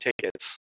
tickets